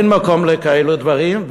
אין מקום לכאלה דברים,